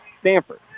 Stanford